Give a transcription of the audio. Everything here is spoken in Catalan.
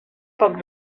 poc